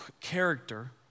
character